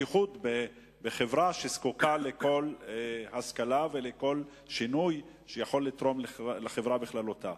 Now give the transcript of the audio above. בייחוד בחברה שזקוקה לכל השכלה ולכל שינוי שיכול לתרום לחברה בכללותה.